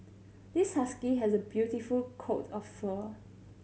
this husky has a beautiful coat of fur